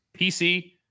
pc